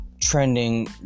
trending